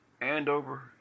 Andover